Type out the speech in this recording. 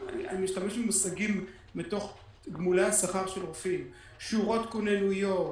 אני משתמש במושגים מתוך תגמולי השכר של רופאים שורות כוננויות,